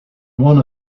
one